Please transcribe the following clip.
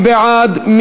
מי בעד?